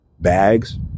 bags